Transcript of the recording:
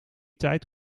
tijd